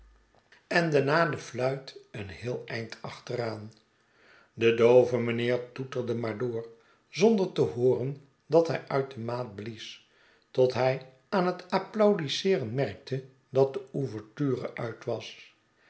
en daarna de fluit een heel eind achteraan de doove meneer toeterde maar door zonder te hooren dat hij uit de maat blies totdat hij aan het applaudisseeren merkte dat de ouverture uit was